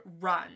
Run